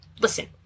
Listen